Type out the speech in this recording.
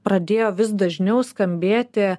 pradėjo vis dažniau skambėti